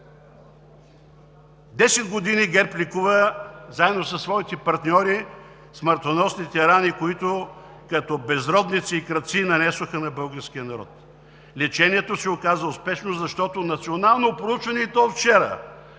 години ГЕРБ лекува заедно със своите партньори смъртоносните рани, които като безродници и крадци нанесоха на българския народ. Лечението се оказа успешно, защото национално проучване, и